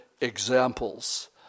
examples